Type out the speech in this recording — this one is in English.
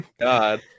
God